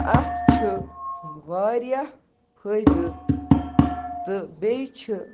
اَتھ چھِ واریاہ فٲیدٕ تہٕ بیٚیہِ چھِ